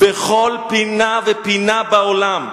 בכל פינה ופינה בעולם.